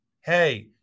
hey